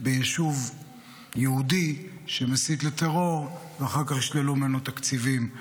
ביישוב יהודי שמסית לטרור ואחר כך ישללו ממנו תקציבים.